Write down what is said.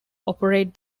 operate